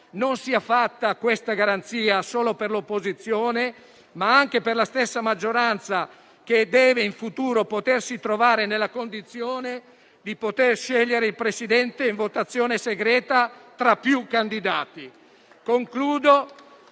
non valga solo per l'opposizione, ma anche per la stessa maggioranza, che deve in futuro potersi trovare nella condizione di poter scegliere il Presidente in votazione segreta, tra più candidati.